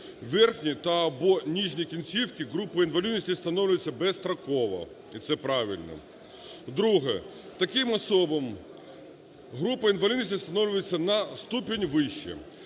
верхні або нижні кінцівки, група інвалідності встановлюється безстроково, і це правильно. Друге. Таким особам група інвалідності встановлюється на ступінь вище.